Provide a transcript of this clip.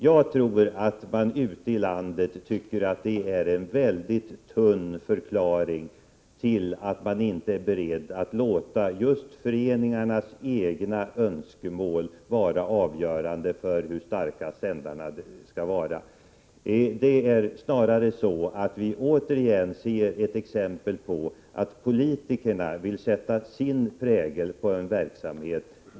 Jag tror att man ute i landet tycker att det som kulturministern anförde är en tunn förklaring till att man inte är beredd att låta just föreningarnas egna önskemål bli avgörande för hur starka sändarna skall vara. Det är snarare så att vi återigen ser ett exempel på att det är politikerna som vill sätta sin prägel på en verksamhet.